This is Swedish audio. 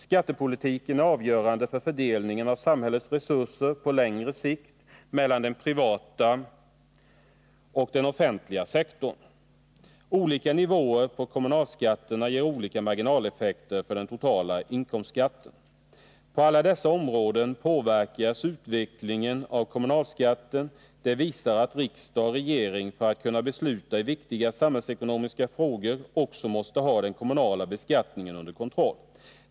Skattepolitiken är avgörande för fördelningen av samhällets resurser på längre sikt mellan den privata och den offentliga sektorn. Olika nivåer på kommunalskatterna ger olika marginaleffekter för den totala inkomstskatten. På alla dessa områden påverkas utvecklingen av kommunalskatten. Det visar att riksdag och regering för att kunna besluta i viktiga samhällsekonomiska frågor också måste ha den kommunala beskattningen under kontroll.